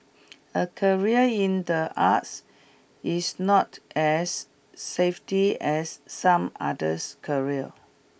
a career in the arts is not as safety as some others careers